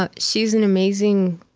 ah she's an amazing,